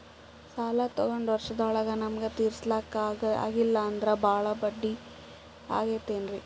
ಸಾಲ ತೊಗೊಂಡು ವರ್ಷದೋಳಗ ನಮಗೆ ತೀರಿಸ್ಲಿಕಾ ಆಗಿಲ್ಲಾ ಅಂದ್ರ ಬಡ್ಡಿ ಬಹಳಾ ಆಗತಿರೆನ್ರಿ?